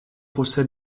fosse